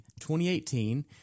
2018